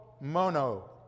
mono